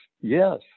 Yes